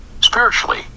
Spiritually